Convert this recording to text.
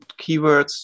keywords